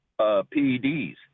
PEDs